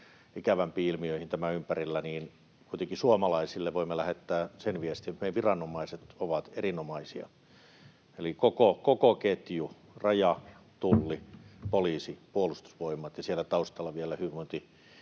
ikävämpiin ilmiöihin tämän ympärillä, niin kuitenkin suomalaisille voimme lähettää sen viestin, että meidän viranomaiset ovat erinomaisia. Eli koko ketju — Raja, Tulli, poliisi, Puolustusvoimat ja siellä taustalla vielä hyvinvointialueet